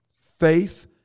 faith